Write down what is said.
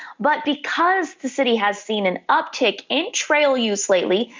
but because the city has seen an uptick in trail use lately.